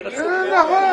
אני מבקש רשות דיבור במליאה,